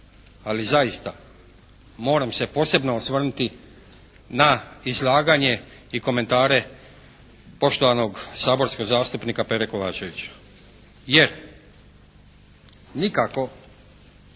ali zaista moram se posebno osvrnuti na izlaganje i komentare poštovanog saborskog zastupnika Pere Kovačevića. Jer nikako,